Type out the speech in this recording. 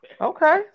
Okay